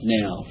now